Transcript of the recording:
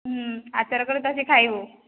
ଆଚାର କଲେ ତୁ ଆସି ଖାଇବୁ